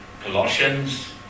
Colossians